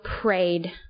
prayed